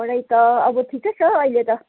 पढाइ त अब ठिकै छ हौ अहिले त